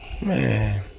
Man